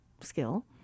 skill